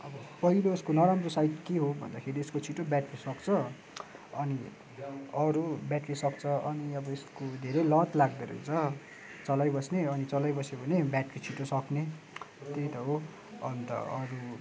अब पहिलो यसको नराम्रो साइड के हो भन्दाखेरि यसको छिटो ब्याट्री सकिन्छ अनि अरू ब्याट्री सक्छ अनि अब यसको धेरै लत लाग्दोरहेछ चलाइबस्ने अनि चलाइबस्यो भने ब्याट्री छिटो सकिने त्यही त हो अन्त अरू